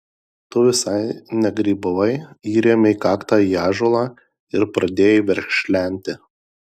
tu visai negrybavai įrėmei kaktą į ąžuolą ir pradėjai verkšlenti